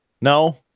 No